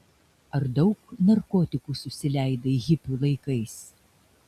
ar daug narkotikų susileidai hipių laikais